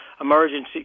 emergency